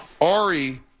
Ari